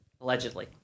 Allegedly